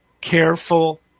careful